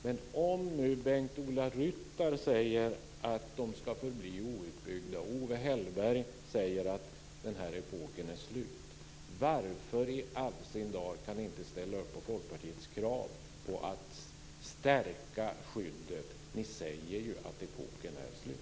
Men om nu Bengt-Ola Ryttar säger att de ska förbli outbyggda och Owe Hellberg säger att den här epoken är slut, varför i all sin dar kan ni inte ställa upp på Folkpartiets krav att stärka skyddet? Ni säger ju att epoken är slut.